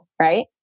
right